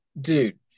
dude